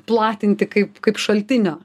platinti kaip kaip šaltinio